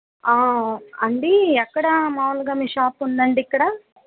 అండి ఎక్కడ మామూలుగా మీ షాప్ ఉందండి ఇక్కడ